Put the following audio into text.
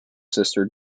sister